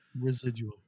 Residual